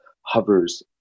hovers